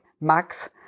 max